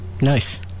Nice